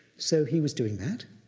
so he was doing that,